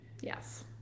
yes